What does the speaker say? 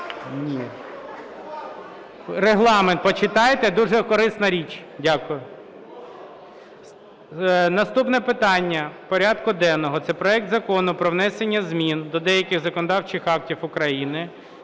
Наступне питання порядку денного – це проект Закону про внесення змін до деяких законодавчих актів України